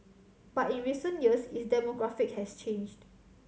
but in recent years its demographic has changed